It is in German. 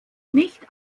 nicht